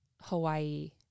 Hawaii